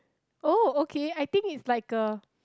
oh okay I think it's like a